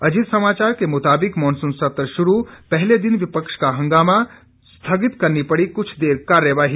अजीत समाचार के मुताबिक मॉनसून सत्र शुरू पहले दिन विपक्ष का हंगामा स्थगित करनी पड़ी कुछ देर कार्यवाही